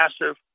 massive